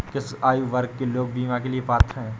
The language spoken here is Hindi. किस आयु वर्ग के लोग बीमा के लिए पात्र हैं?